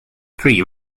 three